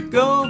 go